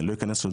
אני לא אכנס לזה,